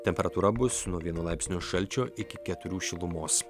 temperatūra bus nuo vieno laipsnio šalčio iki keturių šilumos